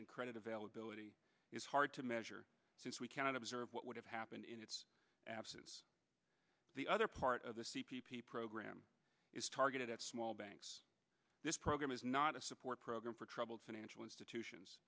and credit availability is hard to measure since we cannot observe what would have happened it's absence the other part of the program is targeted at small banks this program is not a support program for troubled financial institutions